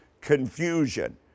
confusion